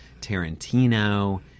Tarantino